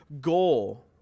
goal